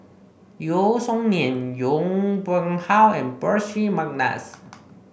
Yeo Song Nian Yong Pung How and Percy McNeice